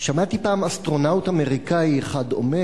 שמעתי פעם אסטרונאוט אמריקני אחד אומר,